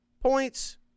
points